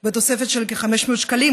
בתוספת של כ-500 שקלים,